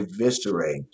eviscerate